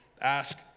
Ask